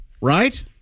Right